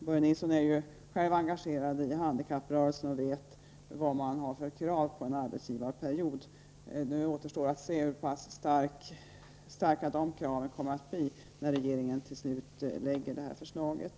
Börje Nilsson är ju själv engagerad i handikapprörelsen och vet vad man där har för krav på en arbetsgivarperiod. Nu återstår att se hur starka de kraven kommer att bli när regeringen till slut lägger fram förslaget.